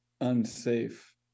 unsafe